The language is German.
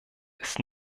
ist